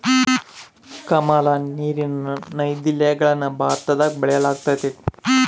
ಕಮಲ, ನೀರಿನ ನೈದಿಲೆಗಳನ್ನ ಭಾರತದಗ ಬೆಳೆಯಲ್ಗತತೆ